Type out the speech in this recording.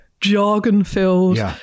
jargon-filled